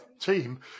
team